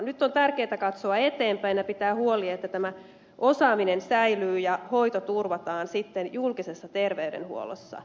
nyt on tärkeätä katsoa eteenpäin ja pitää huoli että tämä osaaminen säilyy ja hoito turvataan sitten julkisessa terveydenhuollossa